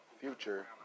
Future